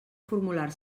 formular